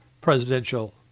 presidential